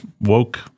Woke